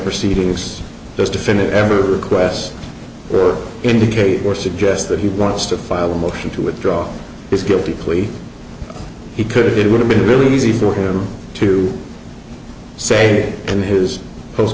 proceedings this defendant ever quest for indicate or suggest that he wants to file a motion to withdraw his guilty plea he could it would have been really easy for him to say in his post